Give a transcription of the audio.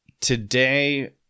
today